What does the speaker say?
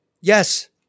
Yes